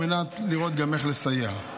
גם על מנת לראות איך לסייע.